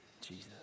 Jesus